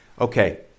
Okay